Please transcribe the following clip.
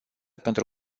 pentru